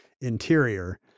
interior